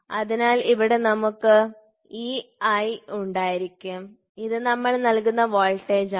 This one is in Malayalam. അതിനാൽ ഇവിടെ നമുക്ക് ei ഉണ്ടായിരിക്കും ഇത് നമ്മൾ നൽകുന്ന വോൾട്ടേജാണ്